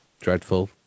dreadful